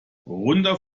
runter